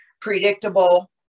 predictable